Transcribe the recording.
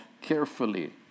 carefully